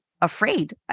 afraid